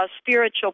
spiritual